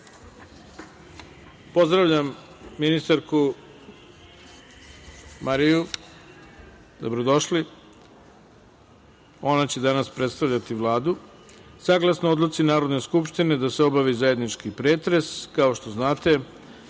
samouprave. Pozdravljam ministarku Mariju, dobrodošli. Ona će danas predstavljati Vladu. Saglasno odluci Narodne skupštine da se obavi zajednički pretres, kao što znate,